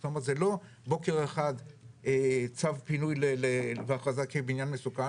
זאת אומרת זה לא בוקר אחד צו פינוי והכרזה כבניין מסוכן.